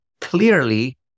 clearly